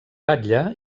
batlle